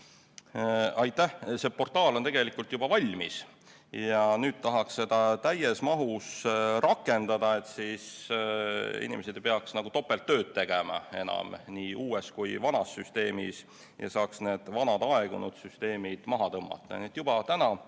Aitäh! See portaal on tegelikult juba valmis ja nüüd tahaks seda täies mahus rakendada, et inimesed ei peaks enam topelttööd tegema, nii uues kui ka vanas süsteemis, ja saaks need vanad aegunud süsteemid maha tõmmata.